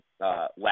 last